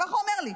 ככה הוא אומר לי.